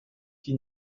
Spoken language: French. qui